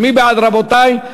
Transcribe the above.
מי בעד, רבותי?